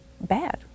bad